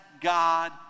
God